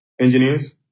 engineers